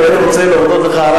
אני באמת רוצה להודות לך,